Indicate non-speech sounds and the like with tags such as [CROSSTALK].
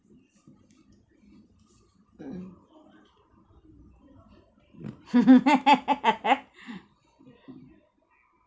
mm [LAUGHS]